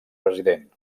president